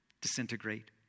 disintegrate